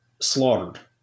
slaughtered